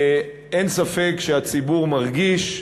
אין ספק שהציבור מרגיש,